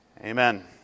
Amen